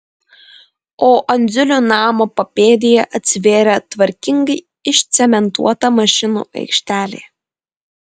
o andziulių namo papėdėje atsivėrė tvarkingai išcementuota mašinų aikštelė